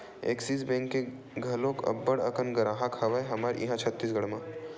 Axis bank के घलोक अब्बड़ अकन गराहक हवय हमर इहाँ छत्तीसगढ़ म